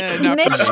Mitch